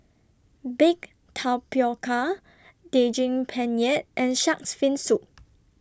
Baked Tapioca Daging Penyet and Shark's Fin Soup